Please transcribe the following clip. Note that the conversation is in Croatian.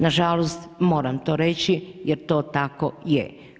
Nažalost, moram to reći jer to tako je.